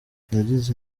yagize